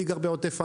אני גר בעוטף עזה,